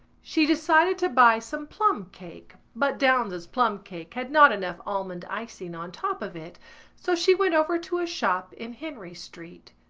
she decided to buy some plumcake but downes's plumcake had not enough almond icing on top of it so she went over to a shop in henry street.